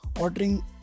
ordering